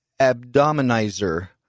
Abdominizer